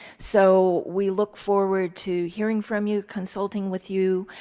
so, we look forward to hearing from you, consulting with you,